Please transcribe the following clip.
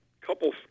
couple